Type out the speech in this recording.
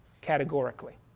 categorically